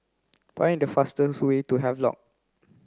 find the fastest way to Havelock